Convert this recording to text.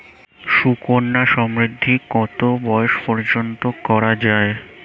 সুকন্যা সমৃদ্ধী কত বয়স পর্যন্ত করা যায়?